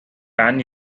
pan